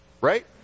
right